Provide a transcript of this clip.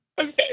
Okay